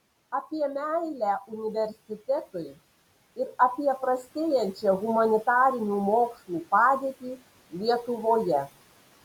apie meilę universitetui ir apie prastėjančią humanitarinių mokslų padėtį lietuvoje